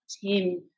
team